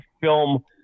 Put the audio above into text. film